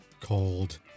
called